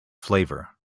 flavor